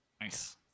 Nice